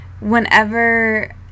whenever